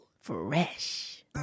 Fresh